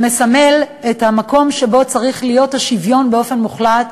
שמסמל את המקום שבו צריך להיות השוויון באופן מוחלט,